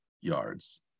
yards